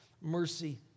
mercy